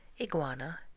Iguana